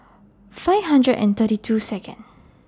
five hundred and thirty Second